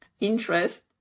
interest